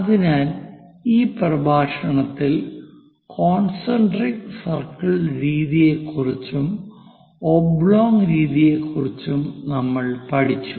അതിനാൽ ഈ പ്രഭാഷണത്തിൽ കോൺസെൻട്രിക് സർക്കിൾ രീതിയെക്കുറിച്ചും ഒബ്ലോങ് രീതിയെക്കുറിച്ചും നമ്മൾ പഠിച്ചു